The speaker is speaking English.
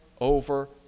over